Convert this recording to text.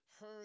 heard